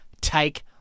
take